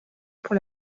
pour